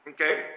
Okay